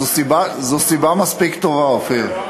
זו סיבה מספיק טובה, אופיר.